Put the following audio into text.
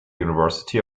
university